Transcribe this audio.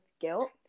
guilt